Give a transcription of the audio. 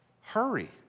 Hurry